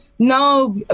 No